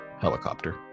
helicopter